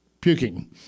puking